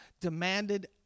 demanded